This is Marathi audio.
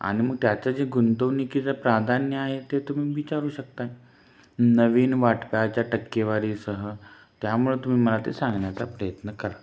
आणि मग त्याचं जे गुंतवणुकीचं प्राधान्य आहे ते तुम्ही विचारू शकता नवीन वाटपाच्या टक्केवारी सह त्यामुळे तुम्ही मला ते सांगण्याचा प्रयत्न करा